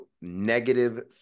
Negative